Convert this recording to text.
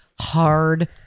hard